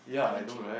Da-Vinci